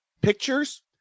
pictures